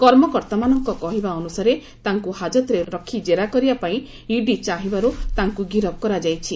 କର୍ମକର୍ତ୍ତାମାନଙ୍କ କହିବା ଅନୁସାରେ ତାଙ୍କୁ ହାଜତରେ ରଖି ଜେରା କରିବାପାଇଁ ଇଡି ଚାହିଁବାରୁ ତାଙ୍କୁ ଗିରଫ କରାଯାଇଛି